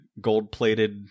gold-plated